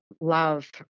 love